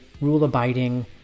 rule-abiding